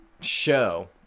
show